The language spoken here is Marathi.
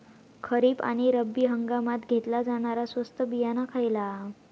खरीप आणि रब्बी हंगामात घेतला जाणारा स्वस्त बियाणा खयला?